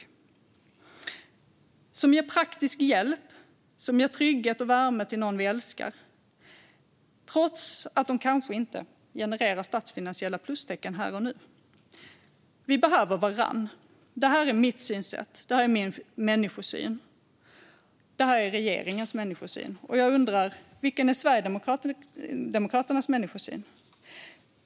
Detta är människor som ger praktisk hjälp och trygghet och värme till någon som vi älskar, trots att de kanske inte genererar statsfinansiella plustecken här och nu. Vi behöver varandra. Det är min och regeringens människosyn. Jag undrar: Vilken är Sverigedemokraternas människosyn?